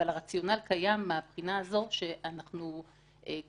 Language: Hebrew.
אבל הרציונל קיים מבחינה זו שגם הממשלה